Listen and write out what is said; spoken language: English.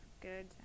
Good